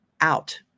out